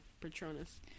Patronus